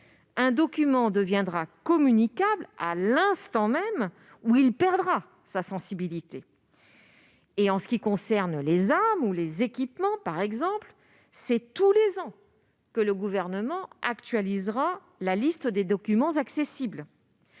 le document deviendra communicable à l'instant même où il perdra sa sensibilité. Ainsi, pour ce qui concerne les armes ou les équipements, c'est tous les ans que le Gouvernement actualisera la liste des documents accessibles